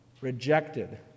rejected